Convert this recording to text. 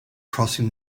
crossing